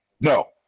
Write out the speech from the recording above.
No